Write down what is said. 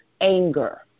anger